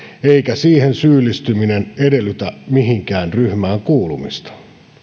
eikä siihen syyllistyminen edellytä mihinkään ryhmään kuulumista